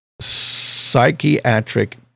psychiatric